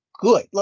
good